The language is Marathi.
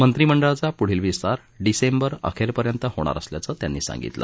मंत्रीमंडळाचा प्रढील विस्तार डिसेंबर अखेर पर्यंत होणार असल्याचं त्यांनी सांगितलं